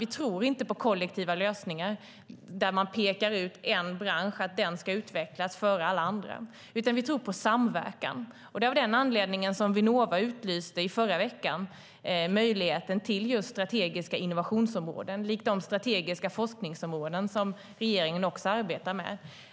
Vi tror inte på kollektiva lösningar där man pekar ut en enskild bransch som ska utvecklas före alla andra. Vi tror på samverkan. Det är av den anledningen som Vinnova i förra veckan utlyste möjligheten till strategiska innovationsområden, likt de strategiska forskningsområden som regeringen också arbetar med.